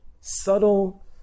subtle